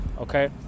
okay